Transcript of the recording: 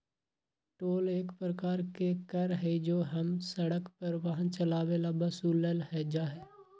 toll एक प्रकार के कर हई जो हम सड़क पर वाहन चलावे ला वसूलल जाहई